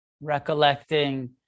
Recollecting